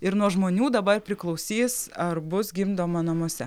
ir nuo žmonių dabar priklausys ar bus gimdoma namuose